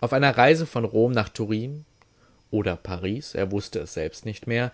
auf einer reise von rom nach turin oder paris er wußte es selbst nicht mehr